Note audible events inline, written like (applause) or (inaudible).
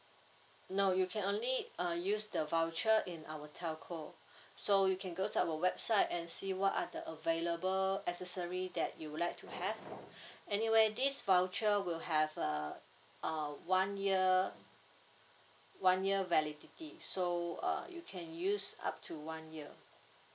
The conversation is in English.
no you can only uh use the voucher in our telco so you can go to our website and see what are the available accessory that you would like to have (breath) anyway this voucher will have a uh one year one year validity so uh you can use up to one year